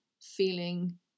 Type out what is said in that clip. feeling